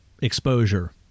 exposure